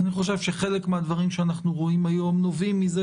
אני חושב שחלק מהדברים שאנחנו רואים היום נובעים מזה